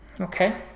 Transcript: Okay